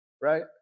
right